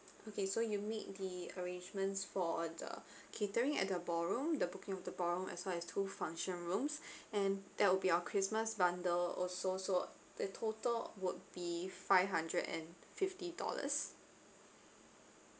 okay so you make the arrangements for uh the catering at the ballroom the booking of the ballroom as well as two function rooms and that will be our christmas bundle also so the total would be five hundred and fifty dollars